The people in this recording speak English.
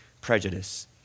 prejudice